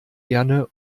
gerne